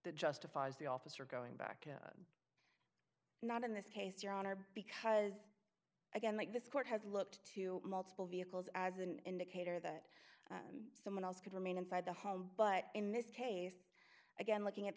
that justifies the officer going back not in this case your honor because again like this court has looked to multiple vehicles as an indicator that someone else could remain inside the home but in this case again looking at